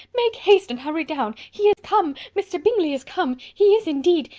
make haste and hurry down. he is come mr. bingley is come. he is, indeed.